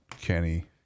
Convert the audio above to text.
Kenny